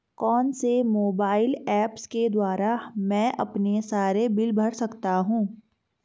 कौनसे mobile apps के द्वारा मैं अपने सारे बिल भर सकता हूं?